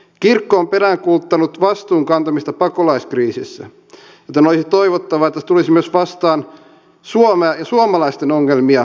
kirkko on peräänkuuluttanut vastuun kantamista pakolaiskriisissä joten olisi toivottavaa että se tulisi myös vastaan suomea ja suomalaisten ongelmia koskevissa kysymyksissä